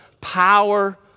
power